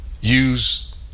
use